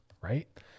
right